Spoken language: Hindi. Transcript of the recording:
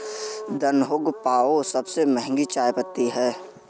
दहुंग पाओ सबसे महंगी चाय पत्ती है